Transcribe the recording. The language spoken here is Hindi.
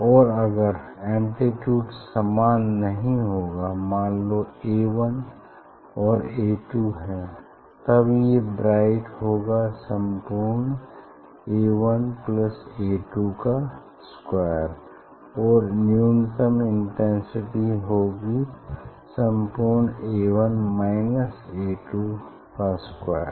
और अगर एम्प्लीट्यूड समान नहीं होगा मान लो A 1 और A 2 है तब ये ब्राइट होगा सम्पूर्ण A 1 प्लस A 2 का स्क्वायर और न्यूनतम इन्टेन्सिटी होगी सम्पूर्ण A 1 माइनस A 2 का स्क्वायर